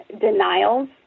denials